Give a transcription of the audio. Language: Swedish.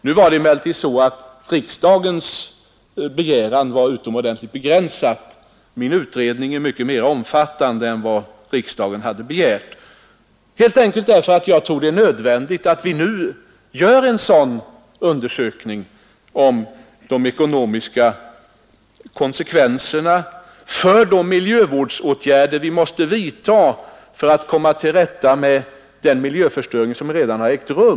Nu var emellertid riksdagens begäran utomordentligt begränsad — min utredning är mycket mer omfattande än riksdagen hade begärt, helt enkelt därför att jag tror att det är nödvändigt att vi nu gör en undersökning av de ekonomiska konsekvenserna av de miljövårdsåtgärder vi måste vidta för att komma till rätta med den miljöförstöring som redan har ägt rum.